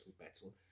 battle